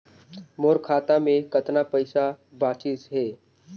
मोर खाता मे कतना पइसा बाचिस हे?